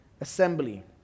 assembly